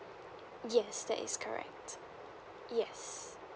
yes that is correct yes